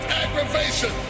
aggravation